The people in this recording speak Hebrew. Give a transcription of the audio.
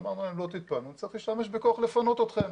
אמרנו להם: לא תתפנו צריך להשתמש בכוח לפנות אתכם.